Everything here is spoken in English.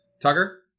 Tucker